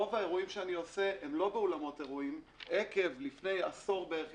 רוב האירועים שאני עושה הם לא באולמות אירועים עקב כך שלפני שני עשורים